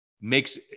makes –